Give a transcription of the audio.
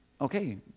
okay